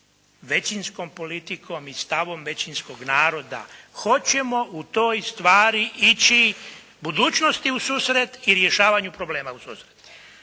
većinskom politikom i stavom većinskog naroda hoćemo u toj stvari ići budućnosti u susret i rješavanju problema u susret.